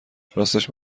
راستش